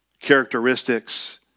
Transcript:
characteristics